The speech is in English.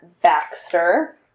Baxter